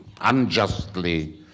unjustly